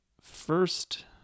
first